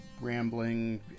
rambling